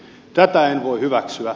tätä en voi hyväksyä